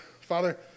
Father